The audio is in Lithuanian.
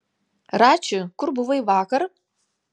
rači kur buvai vakar